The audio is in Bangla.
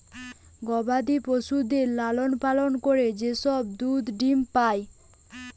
গবাদি পশুদের লালন পালন করে যে সব দুধ ডিম্ পাই